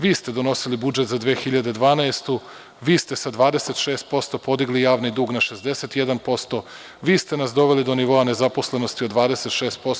Vi ste donosili budžet za 2012. godinu, vi ste sa 26% podigli javni dug na 61%, vi ste nas doveli do nivoa zaposlenosti od 26%